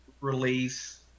release